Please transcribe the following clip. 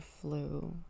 flu